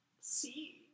See